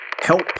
help